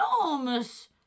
enormous